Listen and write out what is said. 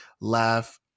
laugh